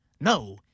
No